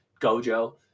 gojo